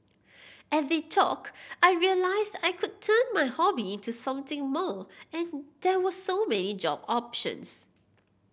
at the talk I realised I could turn my hobby into something more and there were so many job options